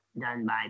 done-by